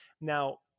Now